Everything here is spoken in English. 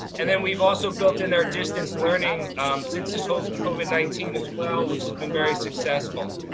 and then we've also built in there distance learning since this whole covid nineteen as well which has been very successful.